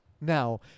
now